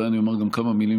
אולי אני אומר כמה מילים,